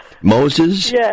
Moses